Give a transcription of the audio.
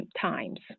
times